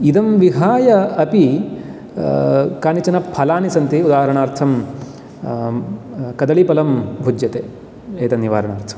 इदं विहाय अपि कानिचन फलानि सन्ति उदाहरणार्थं कदलीपलम् भुज्यते एतत् निवारणार्थम्